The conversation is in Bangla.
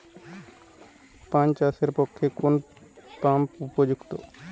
পান চাষের পক্ষে কোন পাম্প উপযুক্ত?